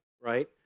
right